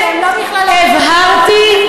הבהרתי,